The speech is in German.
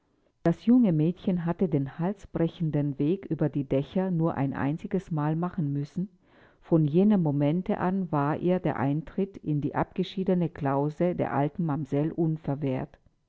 das junge mädchen hatte den halsbrechenden weg über die dächer nur ein einziges mal machen müssen von jenem momente an war ihr der eintritt in die abgeschiedene klause der alten mamsell